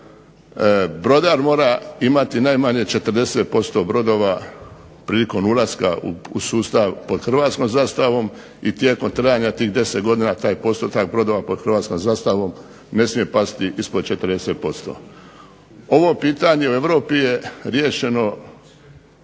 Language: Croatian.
Brodar mora imati najmanje 40% brodova, prilikom ulaska u sustav pod Hrvatskom zastavom i tijekom trajanja tih 10 godina taj postotak brodova pod Hrvatskom zastavom ne smije pasti ispod 40%. Ovo pitanje u Europi je riješeno